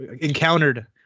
encountered